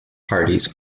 parties